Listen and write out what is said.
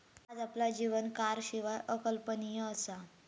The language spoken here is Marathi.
आज आपला जीवन कारशिवाय अकल्पनीय असा